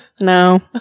No